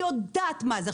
היא יודעת מה זה,